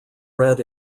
red